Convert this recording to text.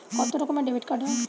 কত রকমের ডেবিটকার্ড হয়?